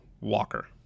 Walker